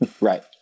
Right